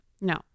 No